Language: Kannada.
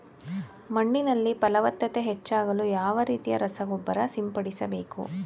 ಮಣ್ಣಿನಲ್ಲಿ ಫಲವತ್ತತೆ ಹೆಚ್ಚಾಗಲು ಯಾವ ರೀತಿಯ ರಸಗೊಬ್ಬರ ಸಿಂಪಡಿಸಬೇಕು?